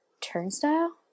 Turnstile